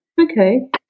Okay